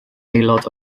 aelod